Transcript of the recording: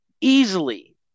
easily